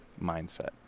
mindset